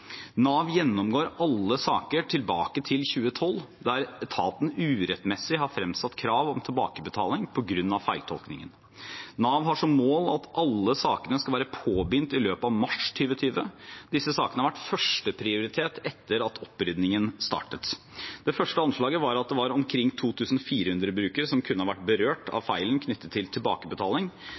Nav gjennomgår alle saker tilbake til 2012 der etaten urettmessig har fremsatt krav om tilbakebetaling på grunn av feiltolkningen. Nav har som mål at alle sakene skal være påbegynt i løpet av mars 2020. Disse sakene har vært førsteprioritet etter at opprydningen startet. Det første anslaget var at det var omkring 2 400 brukere som kunne ha vært berørt av feilen knyttet til tilbakebetaling.